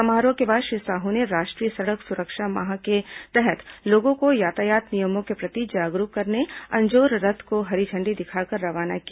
समारोह के बाद श्री साहू ने राष्ट्रीय सड़क सुरक्षा माह के तहत लोगों को यातायात नियमों के प्रति जागरूक करने अंजोर रथ को हरी झण्डी दिखाकर रवाना किया